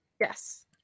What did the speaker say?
Yes